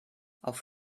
auf